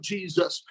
Jesus